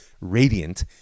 radiant